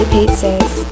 Pizzas